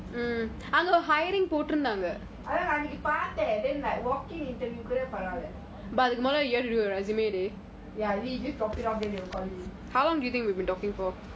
அதன் அதன் அன்னிக்கி பாத்தான்:athan athan aniki paathan then like walk in interview நா கூட பரவலா:naa kuda paravala ya you just drop it off then they will all you